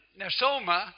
nasoma